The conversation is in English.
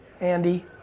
Andy